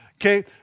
okay